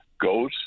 goes